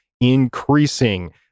increasing